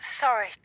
Sorry